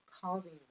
causing